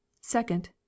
second